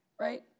Right